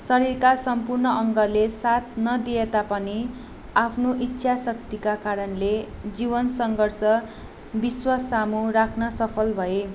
शरीरका सम्पूर्ण अङ्गले साथ नदिए तापनि आफ्नो इच्छा शक्तिका कारणले जीवन सङ्घर्ष विश्वसामु राख्न सफल भए